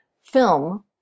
film